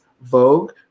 Vogue